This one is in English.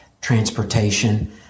transportation